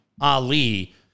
Ali